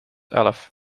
elf